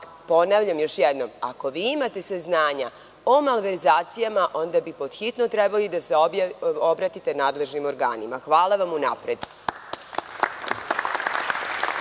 Ponavljam još jednom, ako imate saznanja o malverzacijama onda bi podhitno trebali da se obratite nadležnim organima. Hvala vam unapred.